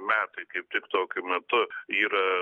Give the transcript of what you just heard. metai kaip tik tokiu metu yra